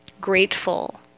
grateful